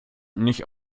nicht